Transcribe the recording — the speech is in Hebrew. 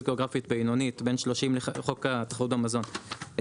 גיאוגרפית בינונית לחוק התחרות המזון,